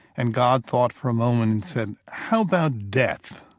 and god thought for a moment and said, how about death?